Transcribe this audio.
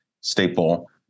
staple